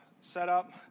setup